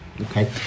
okay